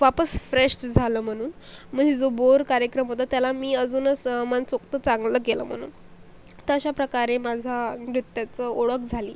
वापस फ्रेश झालं म्हणून म्हणजे जो बोर कार्यक्रम होता त्याला मी अजूनस मनसोक्त चांगलं केलं म्हणून तर अशा प्रकारे माझा नृत्याचं ओळख झाली